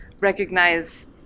recognize –